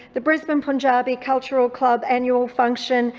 the brisbane punjabi cultural club annual function,